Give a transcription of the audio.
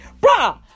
Bruh